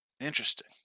Interesting